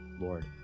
Lord